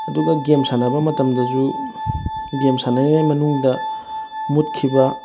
ꯑꯗꯨꯒ ꯒꯦꯝ ꯁꯥꯟꯅꯕ ꯃꯇꯝꯗꯁꯨ ꯒꯦꯝ ꯁꯥꯟꯅꯔꯤꯉꯩ ꯃꯅꯨꯡꯗ ꯃꯨꯠꯈꯤꯕ